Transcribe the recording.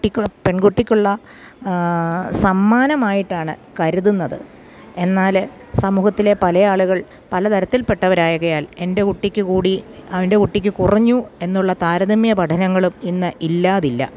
കുട്ടിക്ക് പെൺകുട്ടിക്കുള്ള സമ്മാനമായിട്ടാണ് കരുതുന്നത് എന്നാൽ സമൂഹത്തിലെ പല ആളുകൾ പലതരത്തിൽ പെട്ടവരായകയാൽ എൻ്റെ കുട്ടിക്ക് കൂടി അവൻ്റെ കുട്ടിക്ക് കുറഞ്ഞു എന്നുള്ള താരതമ്യ പഠനങ്ങളും ഇന്ന് ഇല്ലാതില്ല